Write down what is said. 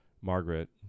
Margaret